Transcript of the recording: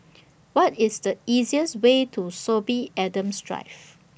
What IS The easiest Way to Sorby Adams Drive